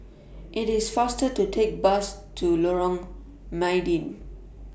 IT IS faster to Take Bus to Lorong Mydin